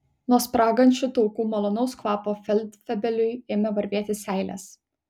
nuo spragančių taukų malonaus kvapo feldfebeliui ėmė varvėti seilės